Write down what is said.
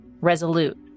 resolute